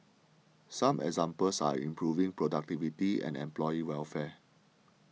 some examples are improving productivity and employee welfare